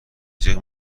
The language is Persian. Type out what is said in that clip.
جیغ